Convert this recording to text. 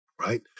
right